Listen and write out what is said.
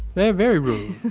they're very rude.